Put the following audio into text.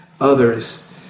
others